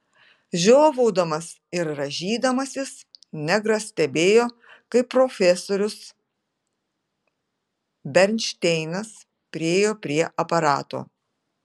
žiovaudamas ir rąžydamasis negras stebėjo kaip profesorius bernšteinas priėjo prie aparato